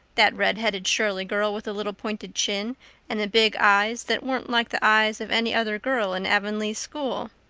that red-haired shirley girl with the little pointed chin and the big eyes that weren't like the eyes of any other girl in avonlea school.